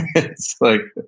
it's like